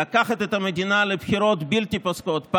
לקחת את המדינה לבחירות בלתי פוסקות,